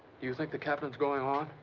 you think the captain's going on?